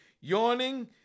Yawning